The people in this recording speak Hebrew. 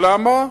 למה?